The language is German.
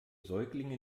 säuglinge